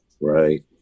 right